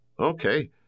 Okay